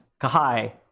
Kahai